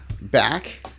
back